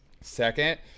Second